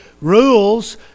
rules